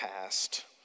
past